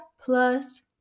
plus